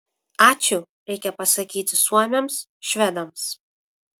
ačiū reikia pasakyti suomiams švedams